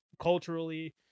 culturally